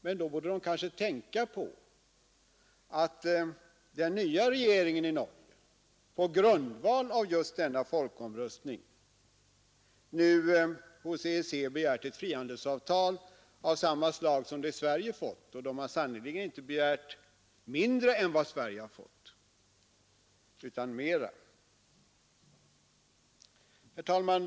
Men då borde de kanske tänka på att den nya regeringen i Norge på grundval av just folkomröstningen nu hos EEC har begärt ett frihandelsavtal av samma slag som det Sverige fått och den har sannerligen inte begärt mindre än vad Sverige har fått utan tvärtom mera.